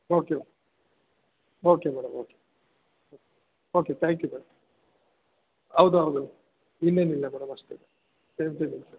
okay okay madam okay okay thank you madam ಹೌದ್ ಹೌದು ಇನ್ನೇನಿಲ್ಲ ಮೇಡಮ್ ಅಷ್ಟೇ ಸೇಮ್ ಟೈಮಿಂಗ್ಸೆ